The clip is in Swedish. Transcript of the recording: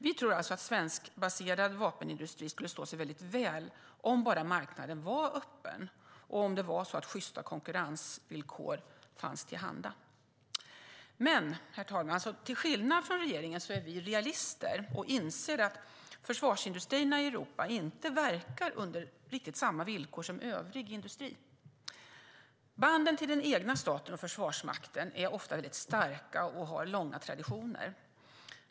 Vi tror alltså att svenskbaserad vapenindustri skulle stå sig väldigt väl om bara marknaden var öppen och om det var så att sjysta konkurrensvillkor fanns till handa. Men till skillnad från regeringen är vi realister, herr talman, och inser att försvarsindustrierna i Europa inte verkar under riktigt samma villkor som övrig industri. Banden till den egna staten och försvarsmakten är rätt ofta starka och har långa traditioner.